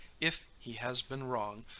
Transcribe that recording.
if he has been wrong,